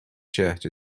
shirt